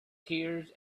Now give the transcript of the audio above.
tears